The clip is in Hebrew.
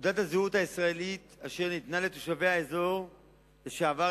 תעודת הזהות הישראלית אשר ניתנה לתושבי האזור לשעבר